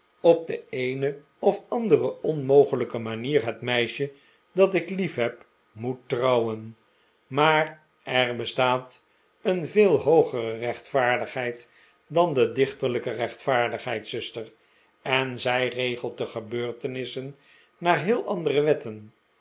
op de eene of andere onmogelijke manier het meisje dat ik liefheb moet trouwen maar er bestaat een veel hoogere rechtvaardigheid dan de dichterlijke rechtvaardigheid zuster en zij regelt de gebeurtenissen naar heel andere wetten